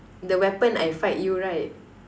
the weapon I fight you right